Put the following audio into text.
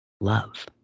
Love